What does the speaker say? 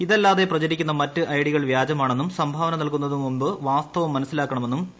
ഇതല്ലാതെ പ്രചരിക്കുന്ന മറ്റ് ഐഡികൾ വ്യാജമാണെന്നും സംഭാവന നൽകുന്നതിന്റ് മുൻപ് വാസ്തവം മനസ്സിലാക്കണമെന്നും പി